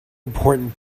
important